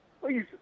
Please